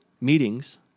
meetings